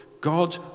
God